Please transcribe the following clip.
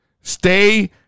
Stay